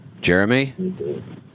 Jeremy